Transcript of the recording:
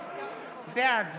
בעד